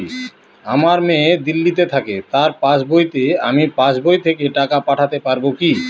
আমার মেয়ে দিল্লীতে থাকে তার পাসবইতে আমি পাসবই থেকে টাকা পাঠাতে পারব কি?